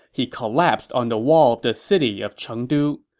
he collapsed on the wall of the city of chengdu.